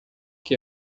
que